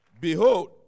behold